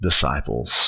disciples